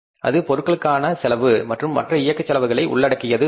அது பொருட்களுக்கான செலவு மற்றும் மற்ற இயக்கச் செலவுகளை உள்ளடக்கியதாகும்